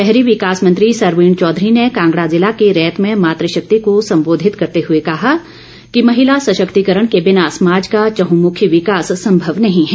शहरी विकास मंत्री सरवीण चौधरी ने कांगड़ा ज़िला के रैत में मातृशक्ति को संबोधित करते हुए कहा कि महिला सशक्तिकरण के बिना समाज का चहंमुखी विकास संभव नहीं है